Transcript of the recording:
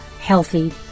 healthy